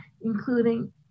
including